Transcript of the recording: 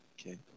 Okay